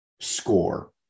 score